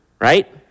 right